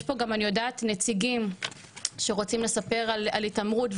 יש פה נציגים שרוצים לספר על התעמרות,